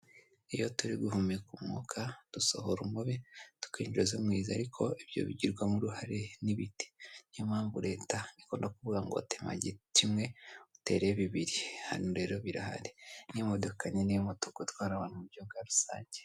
Iyo turi guhumeka umwuka, dusohora umubi, tukinjiza umwiza. Ariko ibyo bigirwamo uruhare n'ibiti. Niyo mpamvu leta ikunda kuvuga ngo tema igiti kimwe, utere bibiri. Hano rero birahari. N'imodoka nini y'umutuku itwara abantu mu buryo bwa rusange.